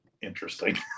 interesting